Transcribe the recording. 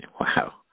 Wow